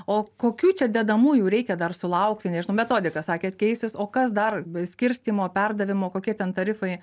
o kokių čia dedamųjų reikia dar sulaukti nežinau metodika sakėt keisis o kas dar skirstymo perdavimo kokie ten tarifai